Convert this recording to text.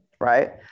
right